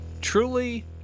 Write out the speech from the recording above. truly